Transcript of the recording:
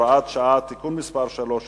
(הוראת שעה) (תיקון מס' 3),